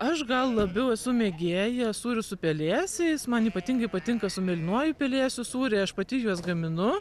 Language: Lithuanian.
aš gal labiau esu mėgėja sūrių su pelėsiais man ypatingai patinka su mėlynuoju pelėsiu sūriai aš pati juos gaminu